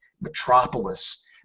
metropolis